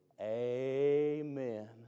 Amen